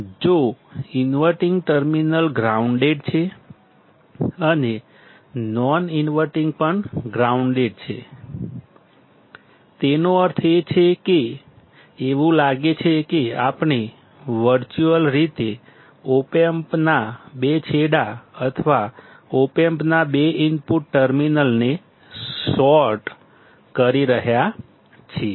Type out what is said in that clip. જો inverting terminal grounded છે અને નોન ઇન્વર્ટીંગ પણ ગ્રાઉન્ડેડ છે તેનો અર્થ એ છે કે એવું લાગે છે કે આપણે વર્ચ્યુઅલ રીતે ઓપ એમ્પના બે છેડા અથવા ઓપ એમ્પના બે ઇનપુટ ટર્મિનલ્સને શોર્ટ કરી રહ્યા છીએ